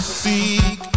seek